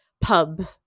pub